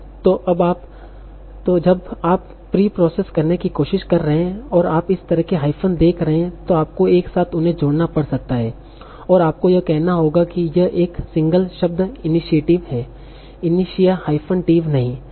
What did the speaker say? तो जब आप प्री प्रोसेस करने की कोशिश कर रहे हैं और आप इस तरह के हाइफ़न देख रहे हैं तो आपको एक साथ इन्हें जोड़ना पड़ सकता है और आपको यह कहना होगा कि यह एक सिंगल शब्द इनिशिएटिव है इनिसिया हाइफ़न टिव नहीं